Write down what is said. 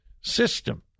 system